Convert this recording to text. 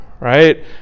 Right